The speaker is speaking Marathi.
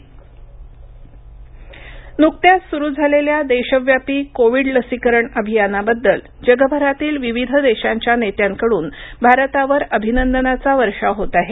लसीकरण अभिनंदन नुकत्याच सुरू झालेल्या देशव्यापीकोविड लसीकरण अभियानाबद्दल जगभरातील विविध देशांच्या नेत्यांकडून भारतावरअभिनंदनाचा वर्षाव होत आहे